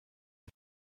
les